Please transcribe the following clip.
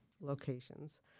locations